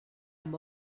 amb